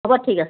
হ'ব ঠিক আছে